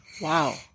wow